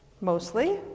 mostly